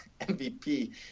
MVP